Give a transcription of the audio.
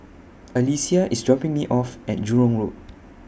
Alycia IS dropping Me off At Jurong Road